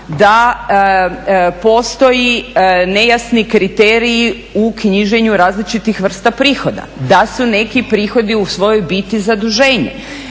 da postoji nejasni kriterij u knjiženju različitih vrsta prihoda, da su neki prihodi u svojoj biti zaduženja,